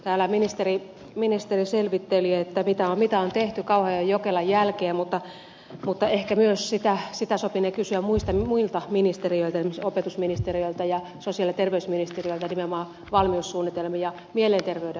täällä ministeri selvitteli mitä on tehty kauhajoen ja jokelan jälkeen mutta ehkä sitä sopinee kysyä myös muilta ministeriöiltä esimerkiksi opetusministeriöltä ja nimenomaan valmiussuunnitelmia mielenterveyden hoitamisen suhteen sosiaali ja terveysministeriöltä